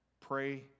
pray